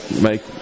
make